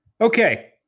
Okay